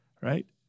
right